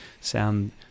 sound